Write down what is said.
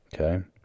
Okay